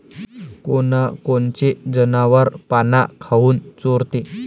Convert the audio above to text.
कोनकोनचे जनावरं पाना काऊन चोरते?